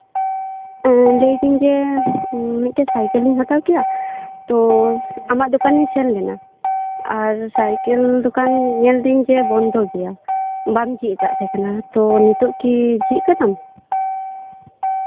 ᱞᱟᱹᱭᱫᱤᱧ ᱡᱮ ᱢᱤᱫᱴᱮᱱ ᱥᱟᱭᱠᱮᱞᱤᱧ ᱦᱟᱛᱟᱣ ᱠᱮᱭᱟ ᱛᱚ ᱚᱱᱟ ᱫᱚᱠᱟᱱᱤᱧ ᱥᱮᱱ ᱞᱮᱱᱟ ᱟᱨ ᱥᱟᱭᱠᱮᱞ ᱫᱚᱠᱟᱱ ᱧᱮᱞ ᱫᱤᱧ ᱡᱮ ᱵᱚᱱᱫᱚ ᱜᱮᱭᱟ ᱵᱟᱢ ᱡᱷᱤᱡ ᱠᱟᱜ ᱛᱟᱦᱮᱸᱠᱟᱱᱟ ᱛᱚ ᱱᱤᱛᱳᱜ ᱠᱤᱢ ᱡᱷᱤᱡ ᱠᱟᱫᱟ